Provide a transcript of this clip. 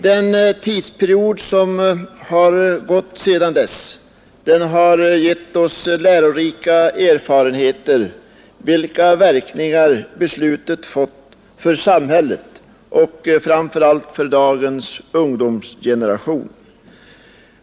Den tidsperiod som har gått sedan dess har givit oss lärorika erfarenheter av vilka verkningar beslutet fått för samhället och framför allt för dagens ungdomsgeneration.